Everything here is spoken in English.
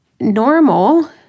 Normal